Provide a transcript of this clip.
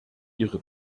ihre